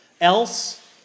Else